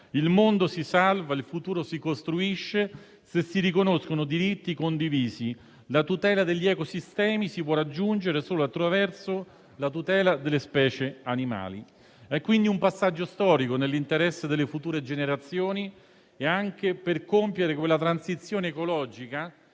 Il mondo si salva, il futuro si costruisce se si riconoscono diritti condivisi; la tutela degli ecosistemi si può raggiungere solo attraverso la tutela delle specie animali. È quindi un passaggio storico nell'interesse delle future generazioni e anche per compiere quella transizione ecologica,